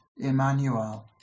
Emmanuel